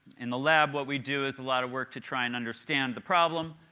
in the lab what we do is a lot of work to try and understand the problem.